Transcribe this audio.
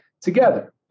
together